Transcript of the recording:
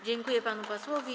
Dziękuję panu posłowi.